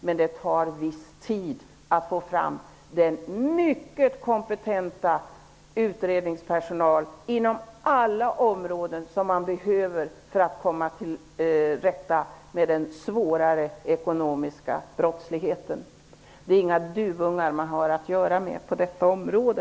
Men det tar viss tid att få fram den mycket kompetenta utredningspersonal inom alla områden som behövs för att komma till rätta med den svåra ekonomiska brottsligheten. Det är inga duvungar man har att göra med på detta område.